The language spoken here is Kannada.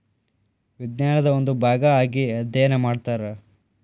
ವಿಜ್ಞಾನದ ಒಂದು ಭಾಗಾ ಆಗಿ ಅದ್ಯಯನಾ ಮಾಡತಾರ